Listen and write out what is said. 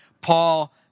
Paul